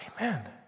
amen